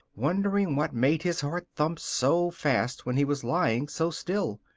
wondering what made his heart thump so fast when he was lying so still.